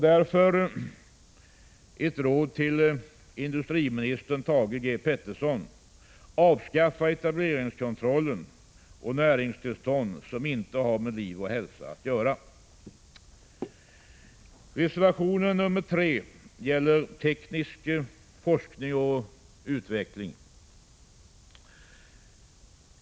Därför ett råd till industriminister Thage Peterson: Avskaffa etableringskontroll och näringstillstånd, som inte har med liv och hälsa att göra! Reservation 3 gäller teknisk forskning och utveckling.